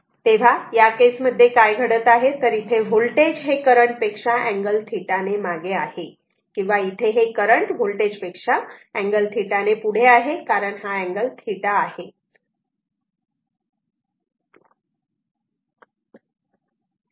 तेव्हा या केस मध्ये काय घडत आहे तर इथे वोल्टेज हे करंट पेक्षा अँगल θ ने मागे आहे किंवा इथे हे करंट व्होल्टेज पेक्षा अँगल θ ने पुढे आहे कारण हा अँगल θ आहे